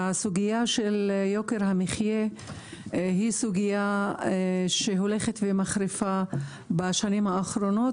הסוגיה של יוקר המחיה היא סוגיה שהולכת ומחריפה בשנים האחרונות,